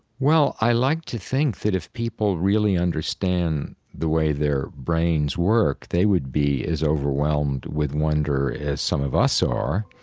well, i like to think that if people really understand the way their brains work, they would be as overwhelmed with wonder as some of us are,